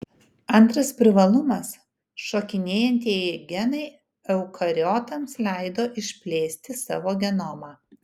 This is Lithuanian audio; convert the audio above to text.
antras privalumas šokinėjantieji genai eukariotams leido išplėsti savo genomą